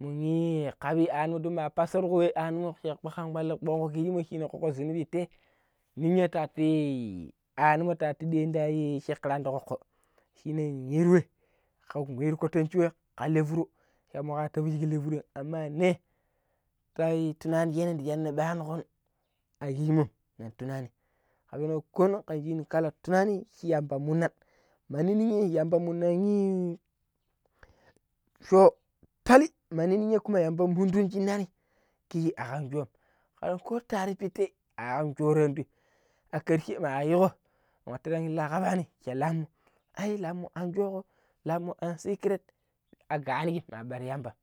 mun ii kabbi animo don ma pasirgo wai annimo sah kwasan kwala kwasigo shine koko zunubi tee.ninya tatuii animo taatu ɗian ti shakirani ti kokko shine yiru wai kan wiru kwatanchi wai kan lee furo shan mugar tabu shig laa furom mani tai tunani sheno shi yada banugon akishimom nin tunani ka pengo koonong kan shinni kalla tunani shi yamba munan mani ninyai yamba munanii shoo tali mani ninyai kuma yamban munin shinani kishi akam shoom kar ko ta harri pitai akam shoo ti andoi a karshe ma yigo watiran illa kabani sha laummo ai laumo anshokko laummo an sikiret a ganijim ma bara yambam.